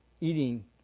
eating